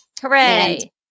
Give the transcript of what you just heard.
Hooray